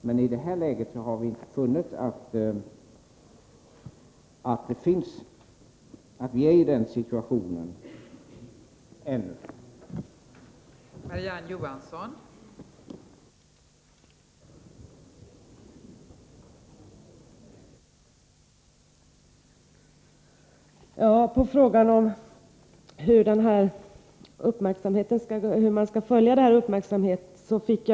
Men vi har funnit att vi inte är i den situationen ännu.